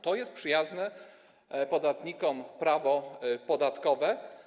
To jest przyjazne podatnikom prawo podatkowe?